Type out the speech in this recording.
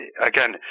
again